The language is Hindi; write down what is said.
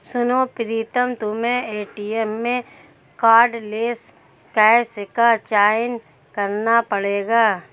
सुनो प्रीतम तुम्हें एटीएम में कार्डलेस कैश का चयन करना पड़ेगा